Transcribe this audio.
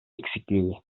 eksikliği